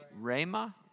Rama